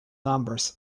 numbers